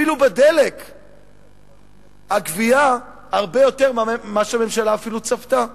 אפילו בדלק הגבייה היא הרבה יותר ממה שהממשלה צפתה.